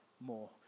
more